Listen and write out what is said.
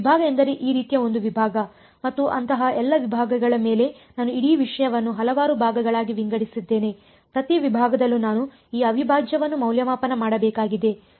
ಒಂದು ವಿಭಾಗ ಎಂದರೆ ಈ ರೀತಿಯ ಒಂದು ವಿಭಾಗ ಮತ್ತು ಅಂತಹ ಎಲ್ಲ ವಿಭಾಗಗಳ ಮೇಲೆ ನಾನು ಇಡೀ ವಿಷಯವನ್ನು ಹಲವಾರು ಭಾಗಗಳಾಗಿ ವಿಂಗಡಿಸಿದ್ದೇನೆ ಪ್ರತಿ ವಿಭಾಗದಲ್ಲೂ ನಾನು ಈ ಅವಿಭಾಜ್ಯವನ್ನು ಮೌಲ್ಯಮಾಪನ ಮಾಡಬೇಕಾಗಿದೆ